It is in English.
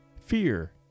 fear